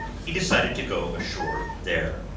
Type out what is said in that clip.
he decided to go ashore there,